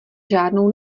žádnou